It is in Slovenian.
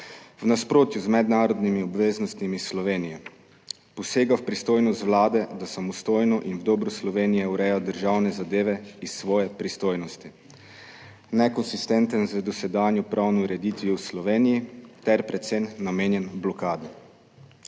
v nasprotju z mednarodnimi obveznostmi Slovenije, posega v pristojnost Vlade, da samostojno in v dobro Slovenije ureja državne zadeve iz svoje pristojnosti, nekonsistenten z dosedanjo pravno ureditvijo v Sloveniji ter predvsem namenjen blokadi.